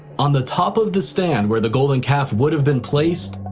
on the top of the stand where the golden calf would have been placed,